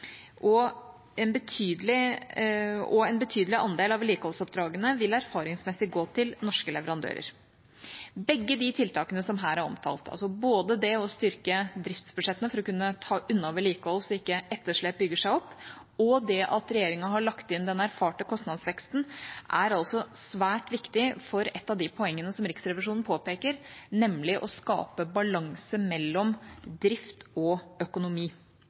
En betydelig andel av vedlikeholdsoppdragene vil erfaringsmessig gå til norske leverandører. Begge de tiltakene som her er omtalt, både det å styrke driftsbudsjettene for å kunne ta unna vedlikehold, slik at etterslep ikke bygger seg opp, og det at regjeringa har lagt inn den erfarte kostnadsveksten, er svært viktig for et av de poengene som Riksrevisjonen påpeker, nemlig å skape balanse mellom oppgaver og økonomi.